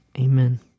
Amen